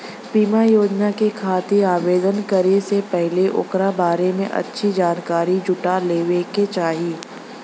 बीमा योजना के खातिर आवेदन करे से पहिले ओकरा बारें में अच्छी जानकारी जुटा लेवे क चाही